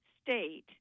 state